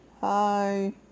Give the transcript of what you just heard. hi